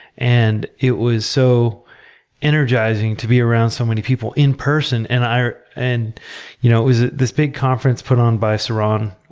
and it was so energizing to be around so many people in person, and and you know it was this big conference put on by saron,